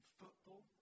football